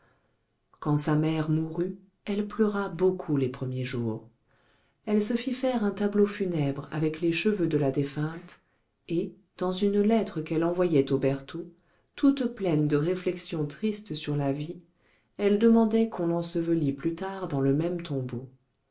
quand sa mère mourut elle pleura beaucoup les premiers jours elle se fit faire un tableau funèbre avec les cheveux de la défunte et dans une lettre qu'elle envoyait aux bertaux toute pleine de réflexions tristes sur la vie elle demandait qu'on l'ensevelît plus tard dans le même tombeau